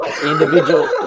individual